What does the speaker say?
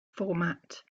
format